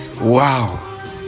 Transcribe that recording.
wow